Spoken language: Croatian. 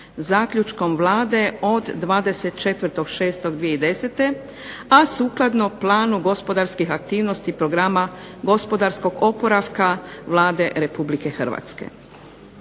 zaključkom Vlade od 24.6.2010. a sukladno planu gospodarskih aktivnosti programa gospodarskog oporavka Vlade RH.